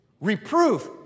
reproof